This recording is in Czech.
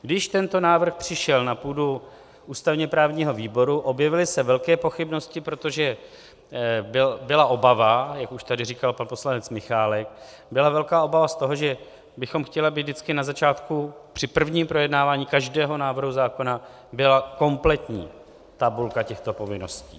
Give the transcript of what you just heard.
Když tento návrh přišel na půdu ústavněprávního výboru, objevily se velké pochybnosti, protože byla obava jak už tady říkal pan poslanec Michálek byla velká obava z toho, že bychom chtěli, aby vždycky na začátku, při prvním projednávání každého návrhu zákona, byla kompletní tabulka těchto povinností.